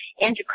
Andrew